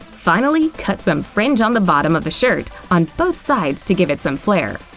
finally, cut some fringe on the bottom of the shirt on both sides to give it some flair.